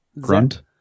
grunt